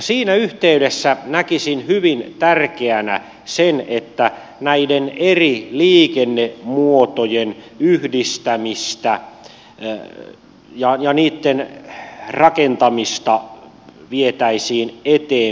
siinä yhteydessä näkisin hyvin tärkeänä sen että näiden eri liikennemuotojen yhdistämistä ja niitten rakentamista vietäisiin eteenpäin